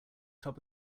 top